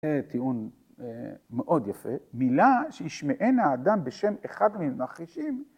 טיעון מאוד יפה. מילה שישמענה אדם בשם אחד ממחישים.